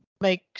make